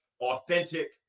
authentic